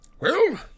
Well